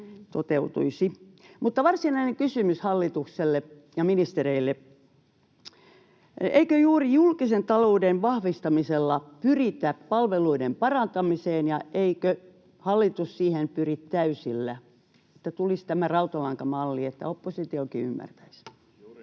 Mutta varsinainen kysymys hallitukselle ja ministereille: Eikö juuri julkisen talouden vahvistamisella pyritä palveluiden parantamiseen, ja eikö hallitus siihen pyri täysillä? Että tulisi tämä rautalankamalli, jotta oppositiokin ymmärtäisi.